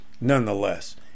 nonetheless